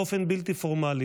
באופן בלתי פורמלי,